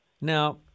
Now